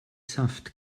saft